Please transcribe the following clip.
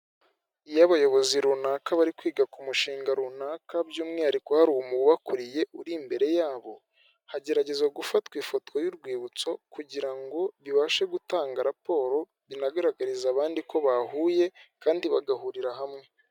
Iyo abayobozi runaka bari kwiga ku mushinga runaka by'umwihariko hari umuntu ubakuriye uri imbere yabo, hageragezwa gufatwa ifoto y'urwibutso kugira ngo ibashe gutanga raporo binagaragaze abandi ko bahuye kandi bagahurira hamwe.